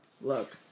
Look